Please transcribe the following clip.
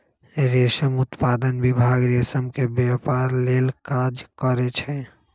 रेशम उत्पादन विभाग रेशम के व्यपार लेल काज करै छइ